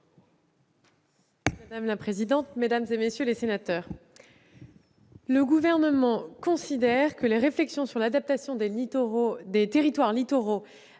savez tous ici, mesdames, messieurs les sénateurs, le Gouvernement considère que les réflexions sur l'adaptation des territoires littoraux